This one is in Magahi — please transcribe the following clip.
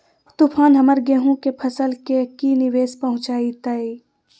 तूफान हमर गेंहू के फसल के की निवेस पहुचैताय?